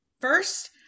First